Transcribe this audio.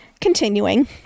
continuing